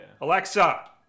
Alexa